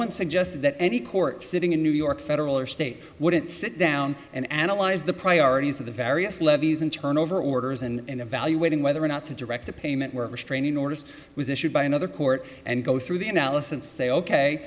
one suggested that any court sitting in new york federal or state wouldn't sit down and analyze the priorities of the various levies and turn over orders and evaluating whether or not to direct a payment were restraining orders was issued by another court and go through the analysis and say ok